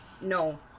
no